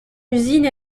usine